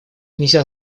нельзя